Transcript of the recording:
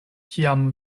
kiam